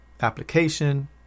application